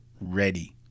ready